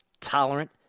tolerant